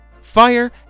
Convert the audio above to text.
Fire